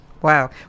Wow